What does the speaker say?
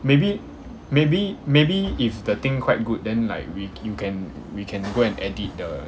maybe maybe maybe if the thing quite good then like we you can we can go and edit the